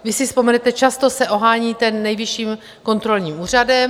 Když si vzpomenete často se oháníte Nejvyšším kontrolním úřadem.